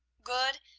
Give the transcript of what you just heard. good,